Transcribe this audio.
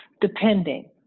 depending